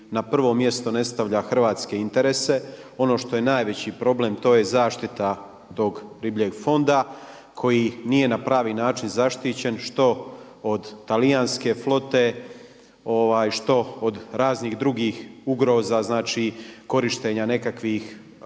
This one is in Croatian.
na prvo mjesto ne stavlja hrvatske interese. Ono što je najveći problem to je zaštita tog ribljeg fonda koji nije na pravi način zaštićen što od talijanske flote, što od raznih drugih ugroza korištenja nekakvih